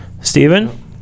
Stephen